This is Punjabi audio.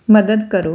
ਮਦਦ ਕਰੋ